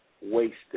wasted